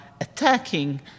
attacking